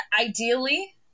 ideally